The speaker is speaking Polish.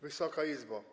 Wysoka Izbo!